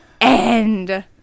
end